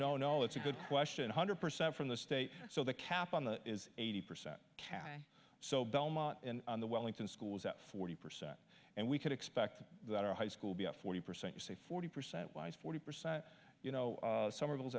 no no it's a good question hundred percent from the state so the cap on the is eighty percent cash so belmont and the wellington school is at forty percent and we could expect that our high school be at forty percent you say forty percent wise forty percent you know some